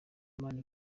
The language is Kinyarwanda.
imana